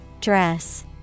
Dress